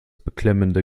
beklemmende